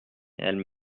elle